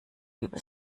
über